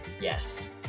Yes